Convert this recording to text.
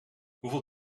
hoeveel